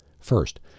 First